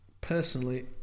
personally